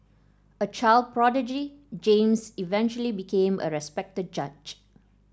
a child prodigy James eventually became a respected judge